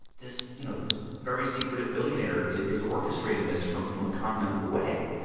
this, you know, this very secretive billionaire is orchestrating this from from a continent away.